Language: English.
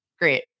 great